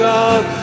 God